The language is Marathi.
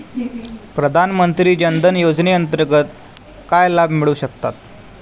प्रधानमंत्री जनधन योजनेअंतर्गत काय लाभ मिळू शकतात?